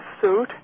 suit